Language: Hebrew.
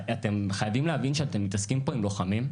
אתם חייבים להבין שאתם מתעסקים פה עם לוחמים.